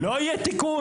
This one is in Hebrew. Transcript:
לא יהיה תיקון.